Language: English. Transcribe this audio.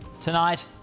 Tonight